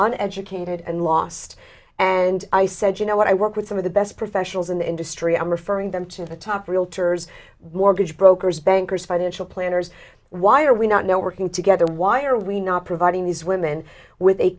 an educated and lost and i said you know what i work with some of the best professionals in the industry i'm referring them to the top realtors mortgage brokers bankers financial planners why are we not now working together why are we not providing these women with a